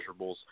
measurables